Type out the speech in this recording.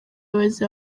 abayobozi